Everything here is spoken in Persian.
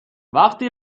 وقتی